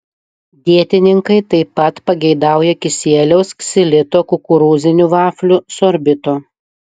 dietininkai taip pat pageidauja kisieliaus ksilito kukurūzinių vaflių sorbito